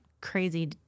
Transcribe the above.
crazy